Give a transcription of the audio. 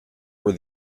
were